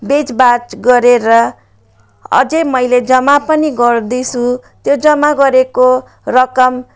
बेचबाच गरेर अझै मैले जम्मा पनि गर्दैछु त्यो जम्मा गरेको रकम